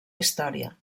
història